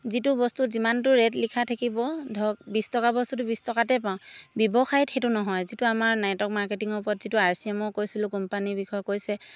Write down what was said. যিটো বস্তু যিমানটো ৰেট লিখা থাকিব ধৰক বিছ টকা বস্তুটো বিছ টকাতে পাওঁ ব্যৱসায়ত সেইটো নহয় যি আমাৰ নেটৱৰ্ক মাৰ্কেটিৰ ওপৰত যিটো আৰ চি এমৰ কৈছিলোঁ কোম্পানীৰ বিষয়ে কৈছে